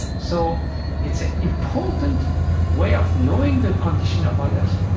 so it's an important way of knowing the condition of others,